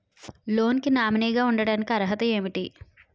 Loan కి nominee గా ఉండటానికి అర్హత ఏమిటి?